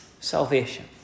salvation